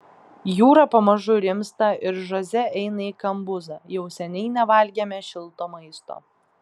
jūra pamažu rimsta ir žoze eina į kambuzą jau seniai nevalgėme šilto maisto